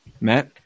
Matt